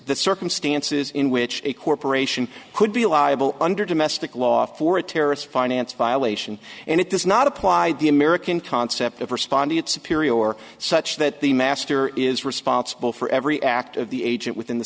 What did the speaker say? the circumstances in which a corporation could be liable under domestic law for a terrorist finance violation and it does not apply the american concept of respondeat superior or such that the master is responsible for every act of the agent within the